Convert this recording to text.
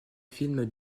film